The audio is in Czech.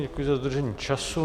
Děkuji za dodržení času.